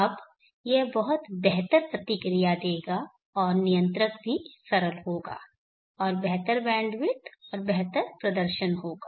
अब यह बहुत बेहतर प्रतिक्रिया देगा और नियंत्रक भी सरल होगा और बेहतर बैंडविड्थ और बेहतर प्रदर्शन होगा